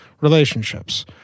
relationships